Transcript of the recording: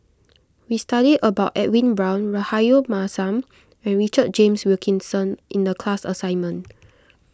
we studied about Edwin Brown Rahayu Mahzam and Richard James Wilkinson in the class assignment